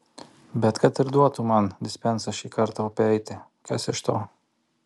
bet kad ir duotų man dispensą šį kartą upe eiti kas iš to